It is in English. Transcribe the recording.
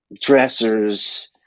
dressers